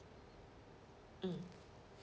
mm